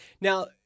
Now